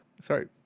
Sorry